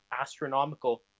astronomical